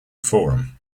forum